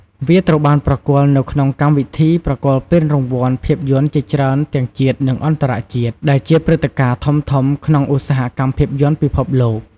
វាត្រូវបានប្រគល់នៅក្នុងកម្មវិធីប្រគល់ពានរង្វាន់ភាពយន្តជាច្រើនទាំងជាតិ និងអន្តរជាតិ ដែលជាព្រឹត្តិការណ៍ធំៗក្នុងឧស្សាហកម្មភាពយន្តពិភពលោក។